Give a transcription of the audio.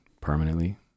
permanently